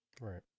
Right